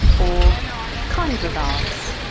ah kind regards,